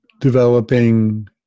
developing